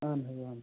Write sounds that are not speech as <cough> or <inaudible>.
اہن حظ <unintelligible>